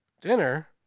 Dinner